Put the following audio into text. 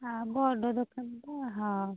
ଆ ବଡ଼ ଦୋକାନ ତ ହ